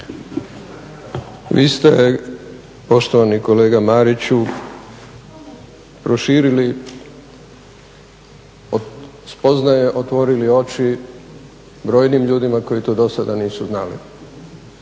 Vi ste poštovani kolega Mariću proširili od spoznaje otvorili oči brojnim ljudima koji to do sada nisu znali,